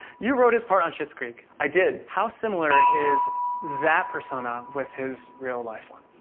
you wrote his part on schitt's creek. i did. how similar is that persona with his real-life one?